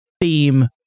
theme